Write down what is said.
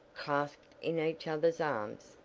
clasped in each other's arms,